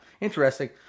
Interesting